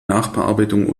nachbearbeitung